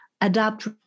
adapt